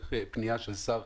צריך פנייה של שר,